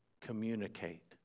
communicate